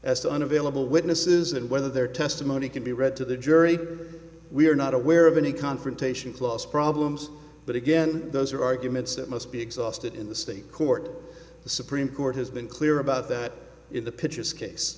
to unavailable witnesses and whether their testimony can be read to the jury we are not aware of any confrontation clause problems but again those are arguments that must be exhausted in the state court the supreme court has been clear about that if the pitches case